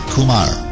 Kumar